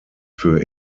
für